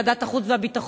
ועדת החוץ והביטחון,